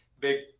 big